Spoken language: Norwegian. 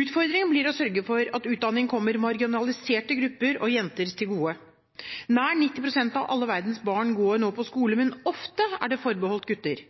Utfordringen blir å sørge for at utdanning kommer marginaliserte grupper og jenter til gode. Nær 90 pst. av alle verdens barn går nå på skole, men ofte er det forbeholdt gutter.